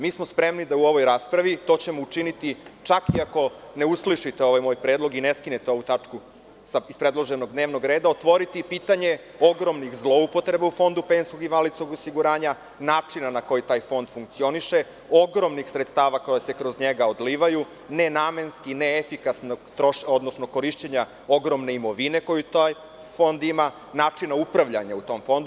Mi smo spremni da u ovoj raspravi, to ćemo učiniti čak i ako ne uslišite ovaj moj predlog i ne skinete ovu tačku sa predloženog dnevnog reda, otvoriti i pitanje ogromnih zloupotreba u Fondu PIO, načina na koji taj fond funkcioniše, ogromnih sredstava koja se kroz njega odlivaju, nenamenski, neefikasnog korišćenja ogromne imovine koju taj fond ima, načina upravljanja u tom fondu.